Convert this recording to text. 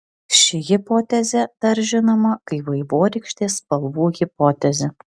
ši hipotezė dar žinoma kaip vaivorykštės spalvų hipotezė